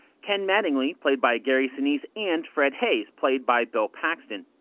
ken mattingly, played by gary sinise, and fred haise, played by bill paxton.